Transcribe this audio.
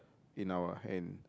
in our hand